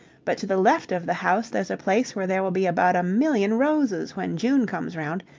but to the left of the house there's a place where there will be about a million roses when june comes round,